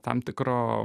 tam tikro